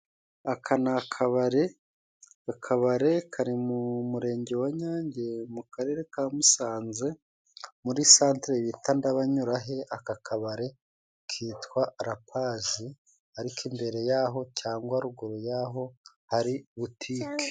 Aka ni akabare, akabare kari mu murenge wa Nyange, mu karere ka Musanze, muri santere bita Ndabanyurahe, aka kabare kitwa Rakwazi, ariko imbere ya ho cyangwa ruguru ya ho hari butike.